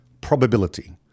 Probability